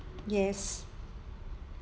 yes